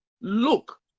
Look